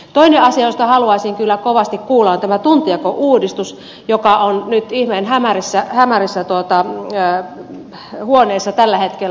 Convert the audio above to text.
toinen asia josta haluaisin kyllä kovasti kuulla on tämä tuntijakouudistus joka on nyt ihmeen hämärissä huoneissa tällä hetkellä